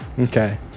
Okay